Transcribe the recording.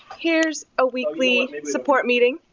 here's a weekly support meeting.